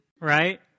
right